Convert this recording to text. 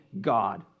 God